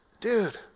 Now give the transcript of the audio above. Dude